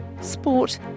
sport